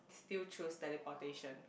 still choose teleportation